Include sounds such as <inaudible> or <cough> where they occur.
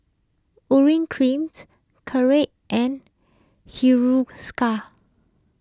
Urea Cream <noise> <unintelligible> and Hiruscar